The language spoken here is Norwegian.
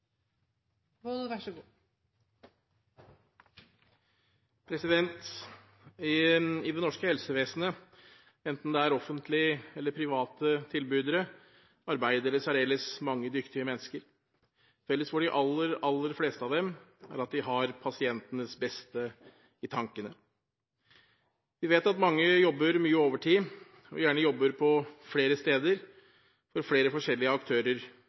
eller private tilbydere, arbeider det særdeles mange dyktige mennesker. Felles for de aller, aller fleste av dem er at de har pasientens beste i tankene. Vi vet at mange jobber mye overtid, og gjerne jobber på flere steder, for flere forskjellige aktører